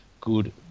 good